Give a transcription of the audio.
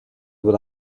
what